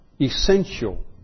essential